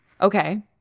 Okay